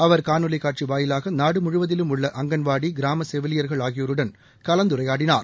அவர் காணொலி காட்சி வாயிலாக நாடு முழுவதிலும் உள்ள அங்கன்வாடி கிராம செவிலியர்கள் ஆகியோருடன் கலந்துரையாடினார்